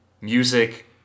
music